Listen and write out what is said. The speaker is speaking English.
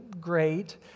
great